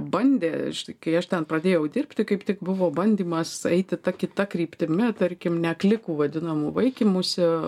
bandė kai aš ten pradėjau dirbti kaip tik buvo bandymas eiti ta kita kryptimi tarkim neklikų vadinamų vaikymusi